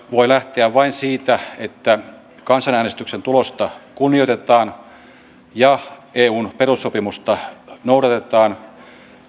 voi lähteä vain siitä että kansanäänestyksen tulosta kunnioitetaan ja eun perussopimusta noudatetaan